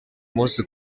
munsi